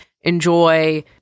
enjoy